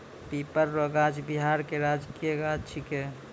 पीपर रो गाछ बिहार के राजकीय गाछ छिकै